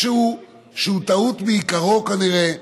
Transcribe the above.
משהו שהוא טעות בעיקרו, כנראה.